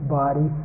body